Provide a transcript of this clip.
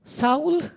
Saul